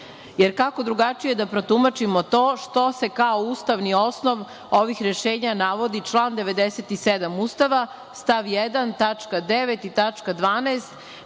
jer kako drugačije da protumačimo to što se kao ustavni osnov ovih rešenja navodi član 97. Ustava stav 1.